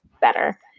better